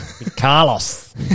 Carlos